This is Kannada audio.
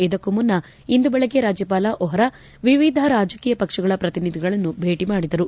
ಇದಕ್ಕೂ ಮುನ್ನ ಇಂದು ಬೆಳಗ್ಗೆ ರಾಜ್ಯಪಾಲ ವ್ಹೋರಾ ವಿವಿಧ ರಾಜಕೀಯ ಪಕ್ಷಗಳ ಪ್ರತಿನಿಧಿಗಳನ್ನು ಭೇಟ ಮಾಡಿದರು